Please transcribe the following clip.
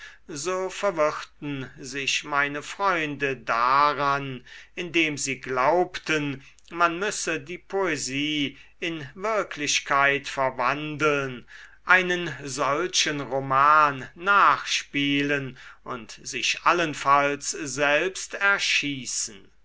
so verwirrten sich meine freunde daran indem sie glaubten man müsse die poesie in wirklichkeit verwandeln einen solchen roman nachspielen und sich allenfalls selbst erschießen